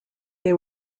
they